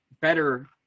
better